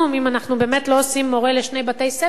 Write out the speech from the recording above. אם אנחנו באמת לא עושים מורה לשני בתי-ספר.